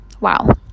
Wow